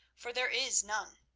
for there is none.